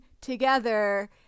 together